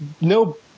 no –